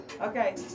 Okay